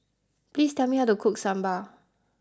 please tell me how to cook Sambar